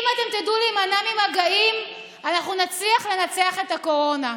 אם תדעו להימנע ממגעים אנחנו נצליח לנצח את הקורונה.